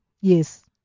yes